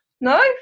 No